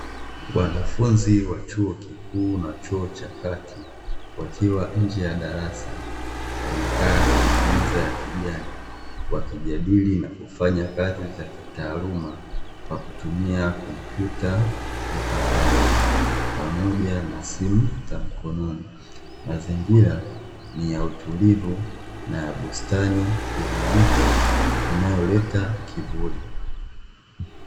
Wanafunzi wa chuo kikuu na chuo cha kati wakiwa nje ya darasa, wamekaa kwenye meza ya kijani wakijadili na kufanya kazi za kitaaluma kwa kutumia kompyuta mpakato pamoja na simu za mkononi. Mazingira ni ya utulivu na ya bustani yenye miti inayoleta kivuli.